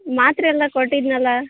ಮಾತ್ರೆಯೆಲ್ಲ ಕೊಟ್ಟಿದ್ದೆನಲ್ಲಾ